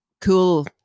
cool